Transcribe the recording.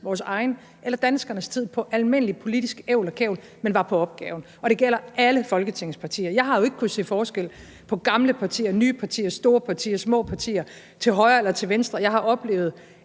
vores egen eller danskernes tid, på almindelig politisk ævl og kævl, men var på opgaven, og det gælder alle Folketingets partier. Jeg har jo ikke kunnet se forskel på gamle partier, nye partier, store partier, små partier, partier til højre eller partier til venstre. Jeg har oplevet,